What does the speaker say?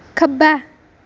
खब्बै